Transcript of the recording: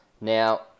Now